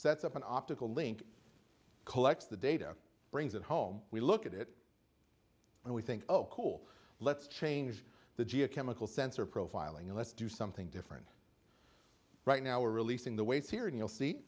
sets up an optical link collects the data brings it home we look at it and we think oh cool let's change the geochemical sensor profiling let's do something different right now we're releasing the waste here and you'll see